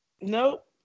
Nope